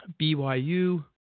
BYU